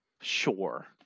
Sure